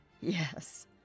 Yes